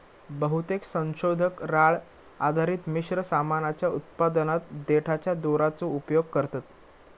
बहुतेक संशोधक राळ आधारित मिश्र सामानाच्या उत्पादनात देठाच्या दोराचो उपयोग करतत